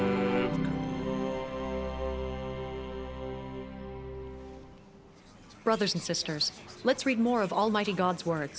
use brothers and sisters let's read more of almighty god's word